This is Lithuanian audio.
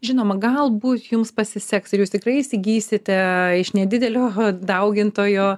žinoma galbūt jums pasiseks ir jūs tikrai įsigysite iš nedidelio daugintojo